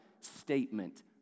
statement